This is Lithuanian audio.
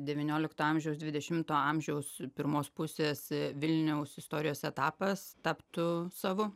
devyniolikto amžiaus dvidešimto amžiaus pirmos pusės vilniaus istorijos etapas taptų savu